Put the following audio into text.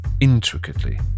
intricately